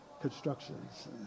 constructions